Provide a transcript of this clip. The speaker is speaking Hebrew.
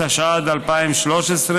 התשע"ד 2013,